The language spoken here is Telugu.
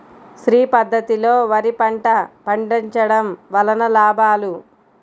శ్రీ పద్ధతిలో వరి పంట పండించడం వలన లాభాలు?